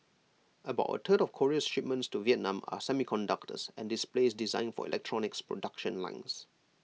about A third of Korea's shipments to Vietnam are semiconductors and displays destined for electronics production lines